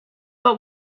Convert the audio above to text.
but